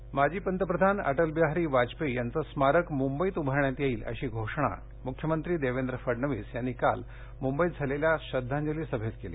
वाजपेयी माजी पंतप्रधान अटल बिहारी वाजपेयी यांचं स्मारक मुंबईत उभारण्यात येईल अशी घोषणा मुख्यमंत्री देवेंद्र फडणवीस यांनी काल मुंबईत झालेल्या श्रद्धांजली सभेत केली